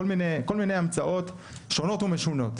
כל מיני המצאות שונות ומשונות,